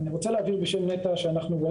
אני רוצה להבהיר בשם נת"ע שאנחנו רואים